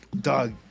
dog